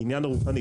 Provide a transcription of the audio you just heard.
הקניין הרוחני,